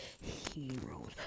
heroes